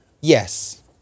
Yes